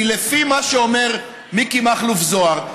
כי לפי מה שאומר מיקי מכלוף זוהר,